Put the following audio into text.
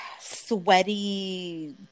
sweaty